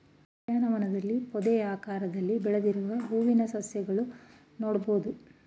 ಉದ್ಯಾನವನದಲ್ಲಿ ಪೊದೆಯಾಕಾರದಲ್ಲಿ ಬೆಳೆದಿರುವ ಹೂವಿನ ಸಸಿಗಳನ್ನು ನೋಡ್ಬೋದು